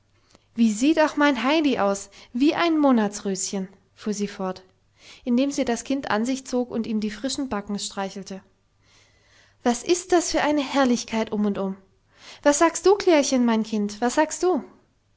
wie sieht auch mein heidi aus wie ein monatsröschen fuhr sie fort indem sie das kind an sich zog und ihm die frischen backen streichelte was ist das für eine herrlichkeit um und um was sagst du klärchen mein kind was sagst du